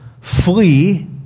flee